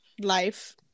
life